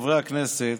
החליטה,